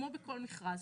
כמו בכל מכרז,